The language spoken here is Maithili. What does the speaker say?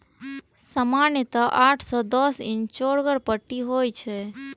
सामान्यतः आठ सं दस इंच चौड़गर पट्टी होइ छै